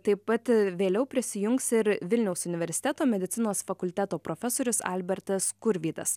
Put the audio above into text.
taip pat vėliau prisijungs ir vilniaus universiteto medicinos fakulteto profesorius albertas skurvydas